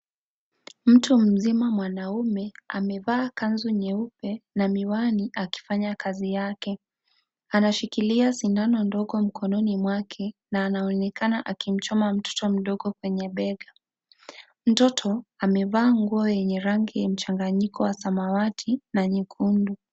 Mtu mzima mwanaume amevaa kanzu nyeupe na miwani akifanya kazi yake. Anashikilia sindano ndogo mkononi mwake na anaonekana akimchoma mtoto mdogo kwenye bega. Mtoto amevaa nguo yenye rangi mchanganyiko wa samawati na nyekundu.